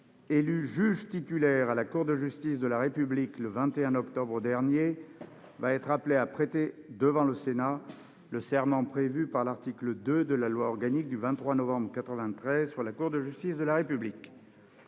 élu juge titulaire à la Cour de justice de la République le 21 octobre dernier, va être appelé à prêter, devant le Sénat, le serment prévu par l'article 2 de la loi organique du 23 novembre 1993 sur la Cour de justice de la République.